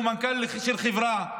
והוא מנכ"ל של חברה,